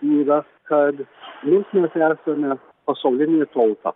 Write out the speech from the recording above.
yra kad mes esame pasaulinė tauta